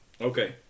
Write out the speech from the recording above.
Okay